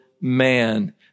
man